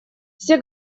все